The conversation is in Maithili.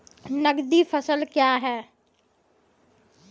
नगदी फसल क्या हैं?